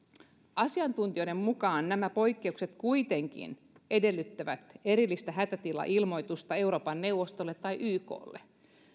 asiantuntijoiden mukaan nämä poikkeukset kuitenkin edellyttävät erillistä hätätilailmoitusta euroopan neuvostolle tai yklle